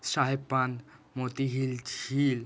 সাহেবপান মোতিহিল ঝিল